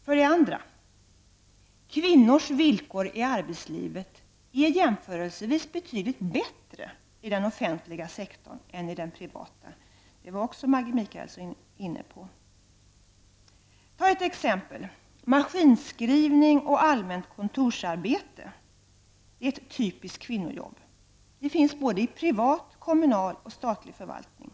För det andra: Kvinnors villkor i arbetslivet är jämförelsevis betydligt bättre inom den offentliga sektorn än inom den privata -- det var också Maggi Mikaelsson inne på. Maskinskrivning och allmänt kontorsarbete är t.ex. ett typiskt kvinnojobb, som återfinns inom privat, kommunal och statlig förvaltning.